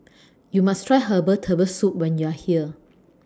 YOU must Try Herbal Turtle Soup when YOU Are here